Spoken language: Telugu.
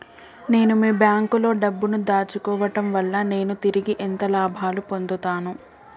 నేను మీ బ్యాంకులో డబ్బు ను దాచుకోవటం వల్ల నేను తిరిగి ఎంత లాభాలు పొందుతాను?